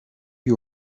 you